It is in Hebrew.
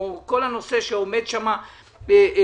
כל הנושא שעומד שמה לפתרון,